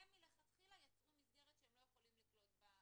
והם מלכתחילה יצרו מסגרת שהם לא יכולים לקלוט בה יותר.